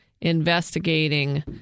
investigating